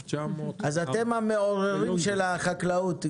אז אתם המעוררים של החקלאות,